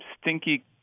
stinky